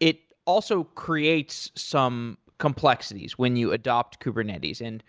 it also creates some complexities when you adopt kubernetes, and